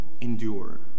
endure